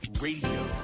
Radio